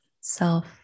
self